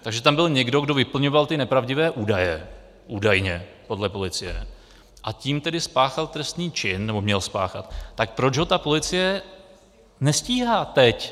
Takže tam byl někdo, kdo vyplňoval nepravdivé údaje údajně, podle policie , a tím tedy spáchal trestný čin, nebo měl spáchat, tak proč ho policie nestíhá teď?